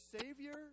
savior